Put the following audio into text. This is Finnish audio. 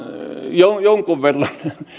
jonkun verran